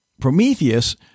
Prometheus